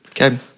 Okay